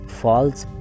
false